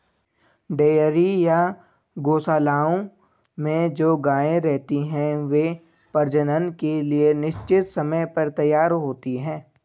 dairy या गोशालाओं में जो गायें रहती हैं, वे प्रजनन के लिए निश्चित समय पर तैयार होती हैं